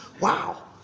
wow